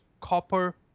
copper